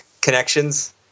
connections